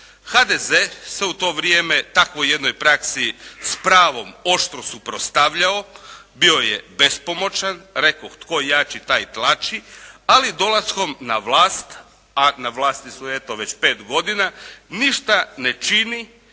HDZ se u to vrijeme takvoj jednoj praksi s pravom oštro suprotstavljao, bio je bespomoćan, rekoh "Tko jači taj i tlači!" ali dolaskom na vlast a na vlasti su eto već pet godina ništa ne čini